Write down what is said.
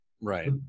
Right